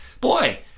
boy